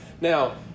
Now